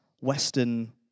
Western